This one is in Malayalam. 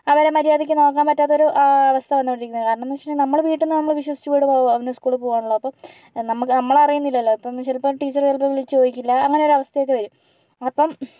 അവരെ മര്യാദയ്ക്ക് നോക്കാൻ പറ്റാത്ത ഒരു അവസ്ഥ വന്നുകൊണ്ടിരിയ്ക്കുകയാണ് കാരണം എന്ന് വെച്ചിട്ടുണ്ടെങ്കിൽ നമ്മള് വീട്ടിൽനിന്ന് നമ്മള് വിശ്വസിച്ച് വിടും സ്കൂള് പോവുകയാണല്ലോ അപ്പോൾ നമ്മൾക്ക് നമ്മളറിയുന്നില്ലല്ലോ ഇപ്പോൾ ചിലപ്പോൾ ടീച്ചർ ചിലപ്പോൾ വിളിച്ച് ചോദിക്കില്ല അങ്ങനെ ഒരവസ്ഥയൊക്കേ വരും അപ്പോൾ